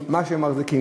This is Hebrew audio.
מה שהם מחזיקים,